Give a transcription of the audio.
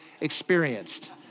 experienced